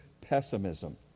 pessimism